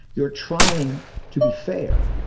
you're trying to be fair,